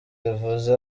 rivuze